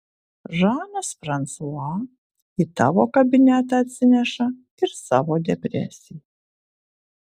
žanas fransua į tavo kabinetą atsineša ir savo depresiją